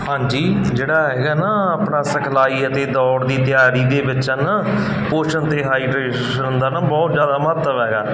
ਹਾਂਜੀ ਜਿਹੜਾ ਹੈਗਾ ਨਾ ਆਪਣਾ ਸਿਖਲਾਈ ਅਤੇ ਦੌੜ ਦੀ ਤਿਆਰੀ ਦੇ ਵਿੱਚ ਨਾ ਪੋਸ਼ਣ ਅਤੇ ਹਾਈਡਰੇਸ਼ਨ ਦਾ ਨਾ ਬਹੁਤ ਜ਼ਿਆਦਾ ਮਹੱਤਵ ਹੈਗਾ